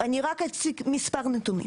אני רק אציג מספר נתונים.